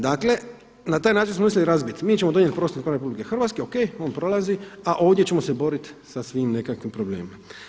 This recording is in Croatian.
Dakle, na taj način smo mislili razbiti, mi ćemo donijeti prostorni plan Republike Hrvatske, ok on prolazi a ovdje ćemo se boriti sa svim nekakvim problemima.